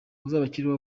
uzabakiriho